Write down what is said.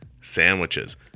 sandwiches